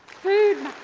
food